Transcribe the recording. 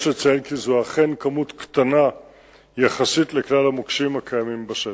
יש לציין כי זו אכן כמות קטנה יחסית לכלל המוקשים הקיימים בשטח.